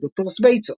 שמי הוא דוקטור סבייטסו.